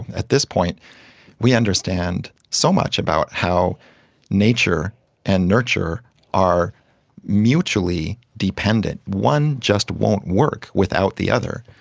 at this point we understand so much about how nature and nurture are mutually dependent. one just won't work without the other,